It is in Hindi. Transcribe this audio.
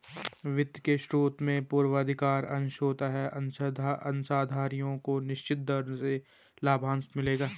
वित्त के स्रोत में पूर्वाधिकार अंश होता है अंशधारियों को निश्चित दर से लाभांश मिलेगा